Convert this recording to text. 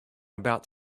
about